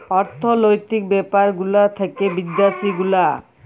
অর্থলৈতিক ব্যাপার গুলা থাক্যে বিদ্যাসি গুলা